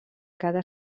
cada